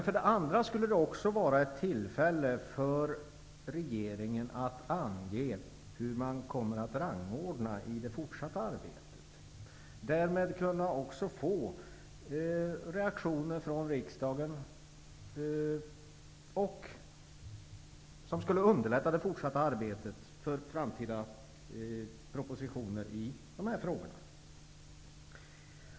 För det andra skulle det också kunna vara ett tillfälle för regeringen att ange hur man kommer att rangordna i det fortsatta arbetet, och därmed skulle regeringen också kunna få reaktioner från riksdagen, vilket skulle underlätta det fortsatta arbetet med framtida propositioner i de här frågorna.